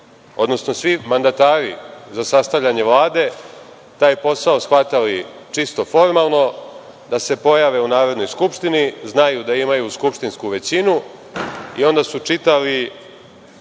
odnosno svi mandatari za sastavljanje Vlade taj posao shvatali čisto formalno, da se pojave u Narodnoj skupštini, znaju da imaju skupštinsku većinu i onda su čitali